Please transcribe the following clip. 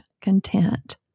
content